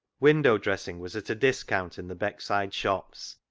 window dressing was at a discount in the beckside shops.